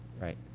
right